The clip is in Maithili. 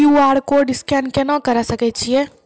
क्यू.आर कोड स्कैन केना करै सकय छियै?